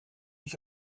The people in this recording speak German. ich